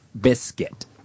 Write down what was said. Biscuit